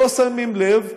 לא שמים לב,